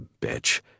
bitch